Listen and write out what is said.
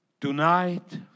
Tonight